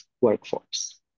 workforce